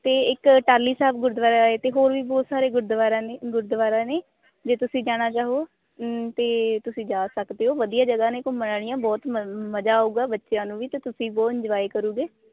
ਅਤੇ ਇੱਕ ਟਾਹਲੀ ਸਾਹਿਬ ਗੁਰਦੁਆਰਾ ਹੈ ਅਤੇ ਹੋਰ ਵੀ ਬਹੁਤ ਸਾਰੇ ਗੁਰਦੁਆਰਾ ਨੇ ਗੁਰਦੁਆਰਾ ਨੇ ਜੇ ਤੁਸੀਂ ਜਾਣਾ ਚਾਹੋਂ ਅਤੇ ਤੁਸੀਂ ਜਾਂ ਸਕਦੇ ਹੋ ਵਧੀਆ ਜਗ੍ਹਾਂ ਨੇ ਘੁੰਮਣ ਵਾਲੀਆ ਬਹੁਤ ਮ ਮਜ਼ਾ ਆਊਗਾ ਬੱਚਿਆਂ ਵਿੱਚ ਤੁਸੀਂ ਬਹੁਤ ਇੰਨਜੋਏ ਕਰੋਗੇ